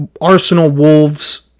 Arsenal-Wolves